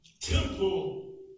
temple